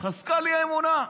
התחזקה לי האמונה.